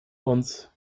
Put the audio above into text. uns